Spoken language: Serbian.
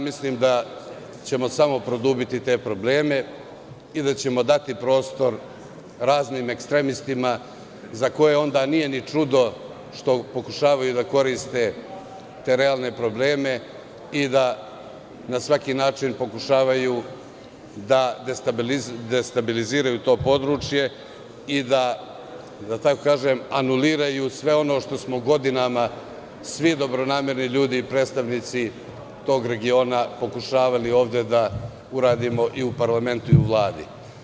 Mislim da ćemo samo produbiti te probleme i da ćemo dati prostor raznim ekstremistima za koje onda nije ni čudo što pokušavaju da koriste te realne probleme i na svaki način pokušavaju da destabilizuju to područje i, da tako kažem, anuliraju sve ono što smo godinama svi dobronamerni ljudi, predstavnici tog regiona pokušavali ovde da uradimo i u parlamentu i u vladi.